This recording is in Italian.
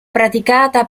praticata